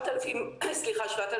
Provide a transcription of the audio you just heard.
לצאת החוצה עם הרכב,